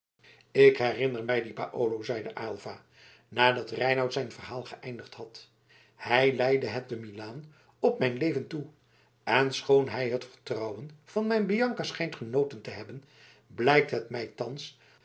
ik herinner mij dien paolo zeide aylva nadat reinout zijn verhaal geëindigd had hij leide het te milaan op mijn leven toe en schoon hij het vertrouwen van mijn bianca schijnt genoten te hebben blijkt het mij thans